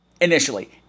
initially